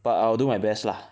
but I will do my best lah